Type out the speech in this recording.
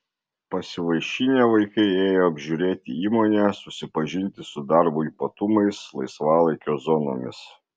pasivaišinę vaikai ėjo apžiūrėti įmonę susipažinti su darbo ypatumais laisvalaikio zonomis